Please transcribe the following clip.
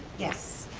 yes.